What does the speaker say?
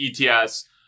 ETS